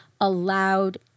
Allowed